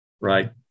Right